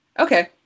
okay